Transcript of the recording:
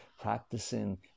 Practicing